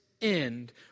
End